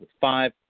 five